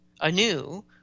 anew